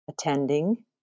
attending